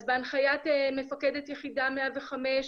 אז בהנחיית מפקדת יחידה 105,